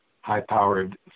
high-powered